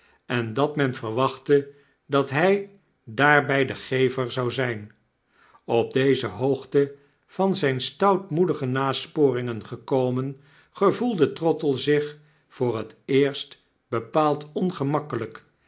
en dat men verwachtte dat hy daarby de gever zou zyn op deze hoogte van zyne stoutmoedige nasporingen gekomen gevoelde trottle zich voor het eerst bepaald ongemakkelijk